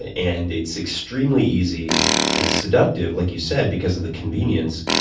and and it's extremely easy and seductive, like you said, because of the convenience,